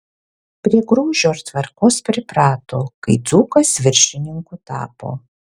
prie grožio ir tvarkos priprato kai dzūkas viršininku tapo